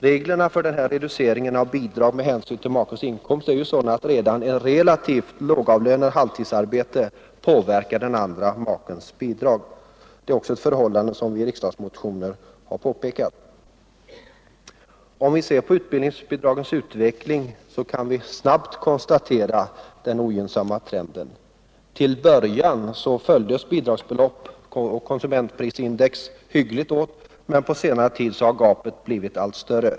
Reglerna för denna reducering av bidrag med hänsyn till makes inkomst är sådana att redan ett relativt lågavlönat halvtidsarbete påverkar den andra makens bidrag. Det är också ett förhållande som vi har påpekat i riksdagsmotionen. Om vi ser på utbildningsbidragens utveckling kan vi snabbt konstatera den ogynnsamma trenden. Till en början följdes bidragsbelopp och konsumentprisindex hyggligt åt, men på senare tid har gapet blivit allt större.